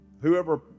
whoever